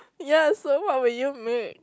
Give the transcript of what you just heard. ya so what will you make